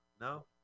no